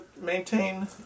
maintain